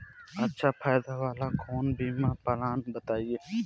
अच्छा फायदा वाला कवनो बीमा पलान बताईं?